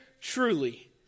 truly